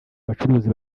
abacuruzi